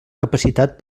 capacitat